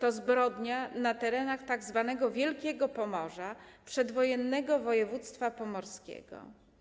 To zbrodnia na terenach tzw. Wielkiego Pomorza, przedwojennego województwa pomorskiego.